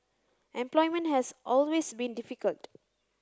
employment has always been difficult